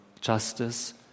justice